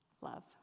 love